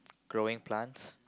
growing plants